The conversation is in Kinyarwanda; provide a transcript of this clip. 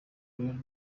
rally